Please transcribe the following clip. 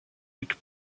luc